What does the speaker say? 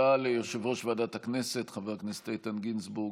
הודעה ליושב-ראש ועדת הכנסת חבר הכנסת איתן גינזבורג,